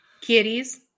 Kitties